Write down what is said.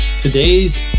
Today's